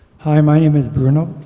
hi, my name is bruno.